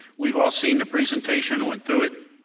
we've all seen the presentation and went through it